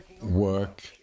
work